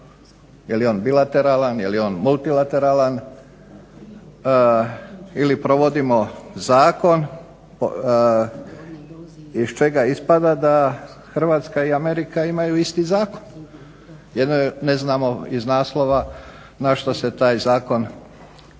je li on bilateralan, je li on multilateralan ili provodimo Zakon iz čega ispada da Hrvatska i Amerika imaju isti zakon. Ne znamo iz naslova na što se taj zakon